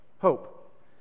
Hope